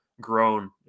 grown